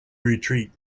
retreat